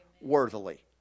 worthily